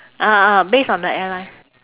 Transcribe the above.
ah ah based on the airline